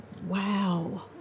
wow